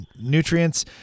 nutrients